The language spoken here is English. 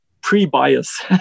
pre-bias